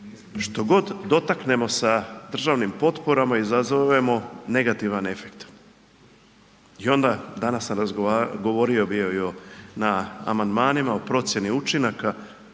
što god dotaknemo sa državnim potporama izazovemo negativan efekt. I onda danas sam govorio i o na amandmanima o procjeni učinaka.